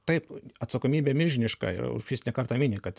taip atsakomybė milžiniška urbšys ne kartą mini kad